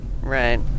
Right